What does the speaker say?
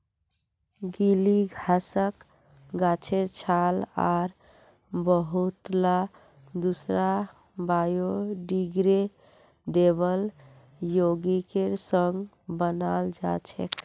गीली घासक गाछेर छाल आर बहुतला दूसरा बायोडिग्रेडेबल यौगिकेर संग बनाल जा छेक